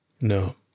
No